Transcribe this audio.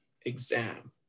exam